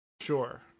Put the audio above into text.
Sure